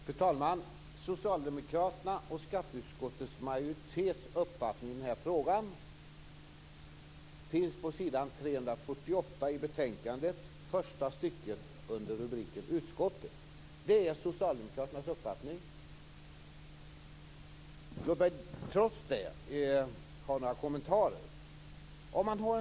Fru talman! Socialdemokraternas och skatteutskottets majoritets uppfattning i frågan finns på s. 348 i betänkandet i första stycket under rubriken Utskottet. Det är socialdemokraternas uppfattning. Låt mig trots detta ge några kommentarer.